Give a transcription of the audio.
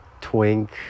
twink